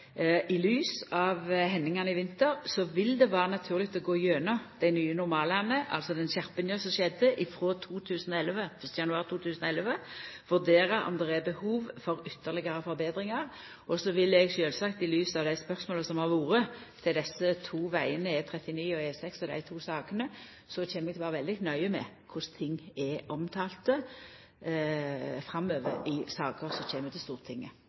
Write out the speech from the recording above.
naturleg å gå gjennom dei nye normalane, altså den innskjerpinga som skjedde frå 1. januar 2011, for å vurdera om det er behov for ytterlegare forbetringar. Så vil eg sjølvsagt i lys av spørsmåla om desse to vegane, E39 og E6, dei to sakene, vera veldig nøye med korleis ting blir omtalte i saker som kjem til Stortinget